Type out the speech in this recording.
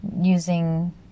using